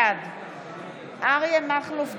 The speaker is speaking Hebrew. בעד אריה מכלוף דרעי,